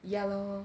yeah lor